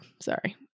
Sorry